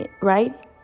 right